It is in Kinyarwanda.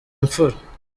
imfura